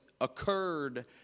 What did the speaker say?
occurred